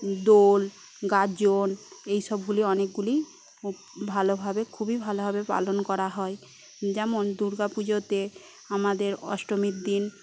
দোল গাজন এইসবগুলি অনেকগুলি ভালোভাবে খুবই ভালোভাবে পালন করা হয় যেমন দুর্গাপুজোতে আমাদের অষ্টমীর দিন